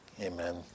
Amen